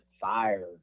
fire